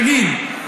תגיד.